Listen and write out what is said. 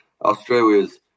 Australia's